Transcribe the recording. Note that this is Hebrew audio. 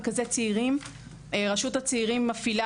מרכזי צעירים - רשות הצעירים מפעילה